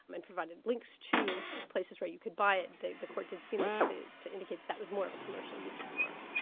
and provided links to places where you could buy it, the the court did seem to to indicate that was more of a commercial use of the mark.